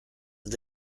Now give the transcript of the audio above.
and